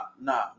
nah